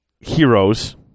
heroes